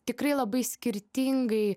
tikrai labai skirtingai